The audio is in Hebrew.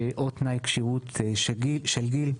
או תנאי כשירות של גיל,